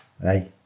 Hey